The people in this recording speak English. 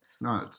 No